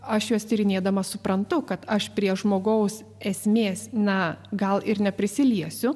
aš juos tyrinėdama suprantu kad aš prie žmogaus esmės na gal ir neprisiliesiu